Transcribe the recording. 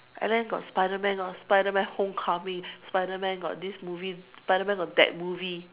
and then got spiderman got spiderman Homecoming spiderman got this movie spiderman got that movie